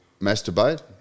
masturbate